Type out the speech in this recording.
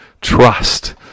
trust